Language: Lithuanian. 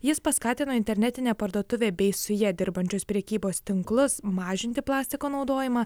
jis paskatino internetinę parduotuvę bei su ja dirbančius prekybos tinklus mažinti plastiko naudojimą